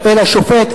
אל השופט.